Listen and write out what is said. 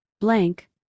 Blank